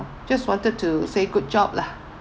just wanted to say good job lah